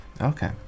Okay